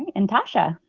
and tasha?